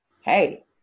hey